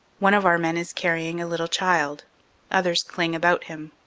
one of our men is carrying a little child others cling about him.